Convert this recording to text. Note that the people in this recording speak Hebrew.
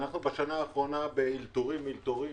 בשנה האחרונה אנחנו באלתורים על אלתורים,